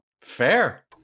Fair